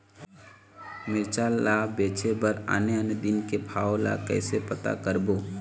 मिरचा ला बेचे बर आने आने दिन के भाव ला कइसे पता करबो?